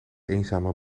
eenzame